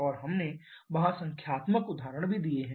और हमने वहां संख्यात्मक उदाहरण भी दिए हैं